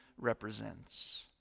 represents